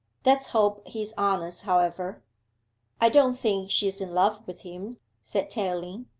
let's hope he's honest, however i don't think she's in love with him said tayling.